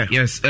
Yes